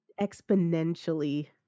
exponentially